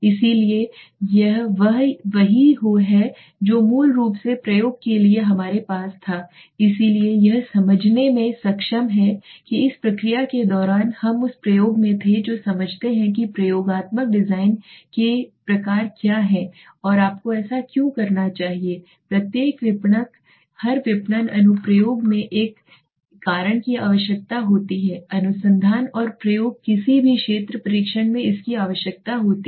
इसलिए यह वही है जो मूल रूप से प्रयोग के लिए हमारे पास था इसलिए यह समझने में सक्षम है कि इस प्रक्रिया के दौरान हम उस प्रयोग में थे जो समझते हैं कि प्रयोगात्मक डिजाइन के प्रकार क्या हैं और आपको ऐसा क्यों करना चाहिए प्रत्येक विपणक हर विपणन अनुप्रयोग में एक कारण की आवश्यकता होती है अनुसंधान और प्रयोग किसी भी क्षेत्र परीक्षण में इसकी आवश्यकता होती है